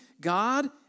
God